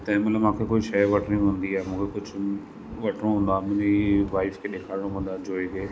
तंहिं महिल मूंखे कोई शइ वठिणी हूंदी आहे मूंखे कुझु वठिणो हूंदो आहे मुंहिंजी वाइफ खे ॾेखारिणो पवंदो आहे जोइ खे